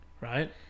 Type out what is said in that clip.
Right